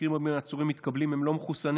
במקרים רבים העצורים מתקבלים והם לא מחוסנים.